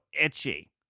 itchy